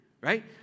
Right